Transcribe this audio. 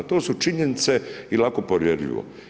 To su činjenice i lako povjerljivo.